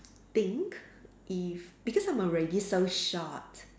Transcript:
think if because I'm already so short